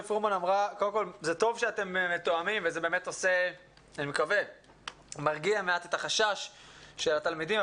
זה טוב שאתם מתואמים וזה מרגיע מעט את החשש של התלמידים.